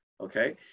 Okay